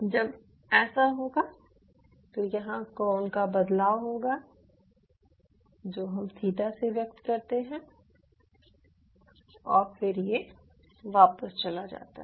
जब ऐसा होगा तो यहां कोण का बदलाव होगा जो हम थीटा से व्यक्त करते हैं और फिर ये वापस चला जाता है